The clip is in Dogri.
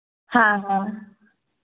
हां हां